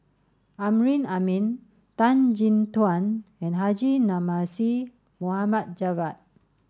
Amrin Amin Tan Chin Tuan and Haji Namazie Mohd Javad